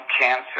cancer